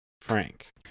Frank